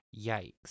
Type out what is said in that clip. Yikes